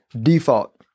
default